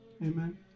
amen